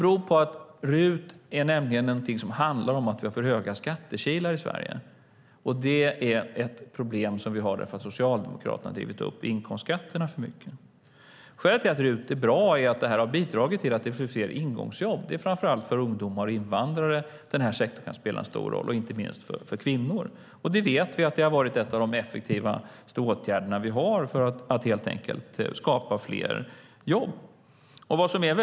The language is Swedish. RUT handlar nämligen om att vi har för höga skattekilar i Sverige, och det problemet har vi eftersom Socialdemokraterna drivit upp inkomstskatterna för mycket. RUT är bra för det bidrar till att det blir fler ingångsjobb. Det är framför allt för ungdomar och invandrare, och inte minst för kvinnor, som sektorn kan spela stor roll. Vi vet att det varit en av de effektivaste åtgärderna för att skapa fler jobb.